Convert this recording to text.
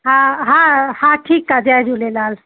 हा हा हा ठीकु आहे जय झूलेलाल